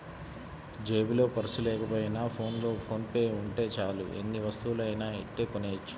జేబులో పర్సు లేకపోయినా ఫోన్లో ఫోన్ పే ఉంటే చాలు ఎన్ని వస్తువులనైనా ఇట్టే కొనెయ్యొచ్చు